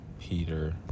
peter